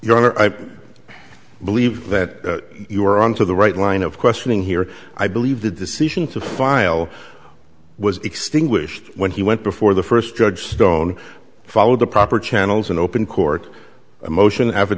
honor i believe that you are on to the right line of questioning here i believe the decision to file was extinguished when he went before the first judge stone followed the proper channels in open court a motion af